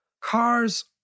cars